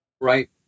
Right